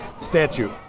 statue